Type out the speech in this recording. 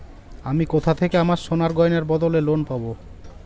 আমি কোথা থেকে আমার সোনার গয়নার বদলে লোন পাবো?